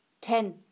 ten